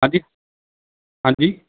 ਹਾਂਜੀ ਹਾਂਜੀ